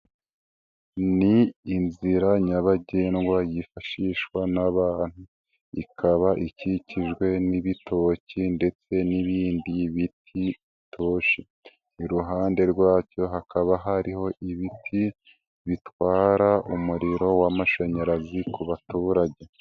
Ni inzira nyabagendwa yifashishwa n'abantu, ikaba ikikijwe n'ibitoki ndetse n'ibindi biti bitoshye, iruhande rwacyo hakaba hariho ibiti bitwara umuriro w'amashanyarazi ku baturage.